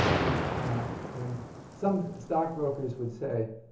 and and some stockbrokers would say,